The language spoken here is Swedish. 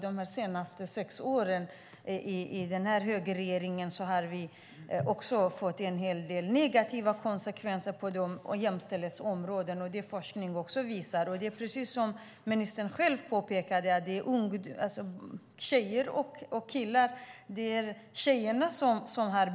De senaste sex åren har vi med denna högerregering fått en hel del negativa konsekvenser på jämställdhetsområdet. Det visar också forskningen. Precis som ministern själv påpekade har tjejerna bättre betyg än killarna.